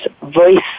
voice